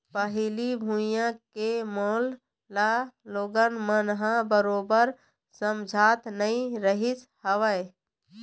पहिली भुइयां के मोल ल लोगन मन ह बरोबर समझत नइ रहिस हवय